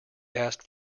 asked